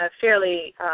fairly